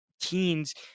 teens